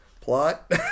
plot